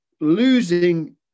losing